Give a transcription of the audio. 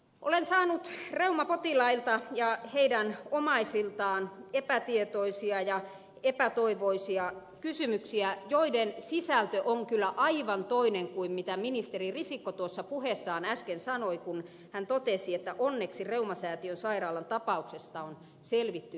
olen saanut reumapotilailta ja heidän omaisiltaan epätietoisia ja epätoivoisia kysymyksiä joiden sisältö on kyllä aivan toinen kuin mitä ministeri risikko tuossa puheessaan äsken sanoi kun hän totesi että onneksi reumasäätiön sairaalan tapauksesta on selvitty hyvin